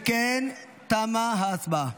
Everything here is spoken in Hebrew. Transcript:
אם כן, תמה ההצבעה.